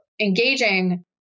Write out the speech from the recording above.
engaging